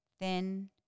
Thin